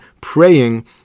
praying